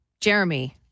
Jeremy